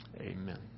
amen